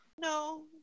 No